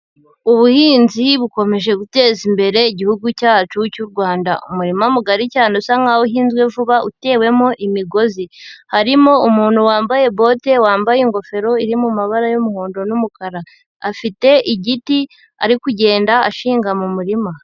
Ubuhinzi bukomeje guteza imbere igihugu cyacu cy'u Rwanda. Umurima mugari cyane usa nkaho uhinzwe vuba utewemo imigozi. Harimo umuntu wambaye bote wambaye ingofero iri mu mabara y'umuhondo n'umukara. Afite igiti ari kugenda ashinga mu murima.